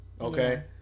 Okay